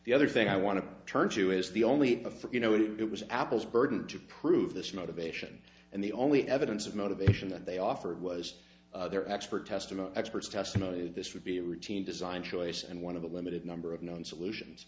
the other thing i want to turn to is the only before you know it was apple's burden to prove this motivation and the only evidence of motivation that they offered was their expert testimony experts testimony this would be a routine design choice and one of a limited number of known solutions